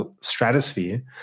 stratosphere